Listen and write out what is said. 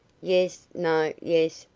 yes no yes,